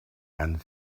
and